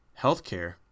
healthcare